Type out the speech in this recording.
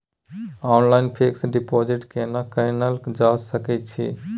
Online fix deposit केना कीनल जा सकै छी?